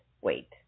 wait